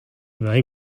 may